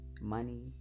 money